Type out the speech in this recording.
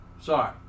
Sorry